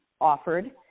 offered